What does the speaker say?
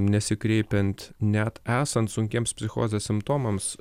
nesikreipiant net esant sunkiems psichozės simptomams